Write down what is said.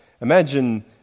Imagine